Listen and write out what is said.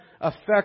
affects